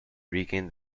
regain